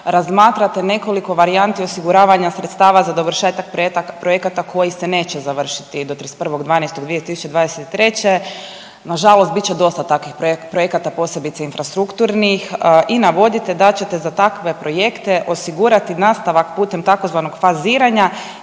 razmatrate nekoliko varijanti osiguravanja sredstava za dovršetak projekata koji se neće završiti do 31.12.2023., nažalost bit će dosta takvih projekata, posebice infrastrukturnih i navodite da ćete za takve projekte osigurati nastavak putem tzv. faziranja